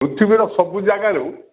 ପୃଥିବୀର ସବୁ ଜାଗାରୁ